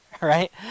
right